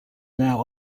now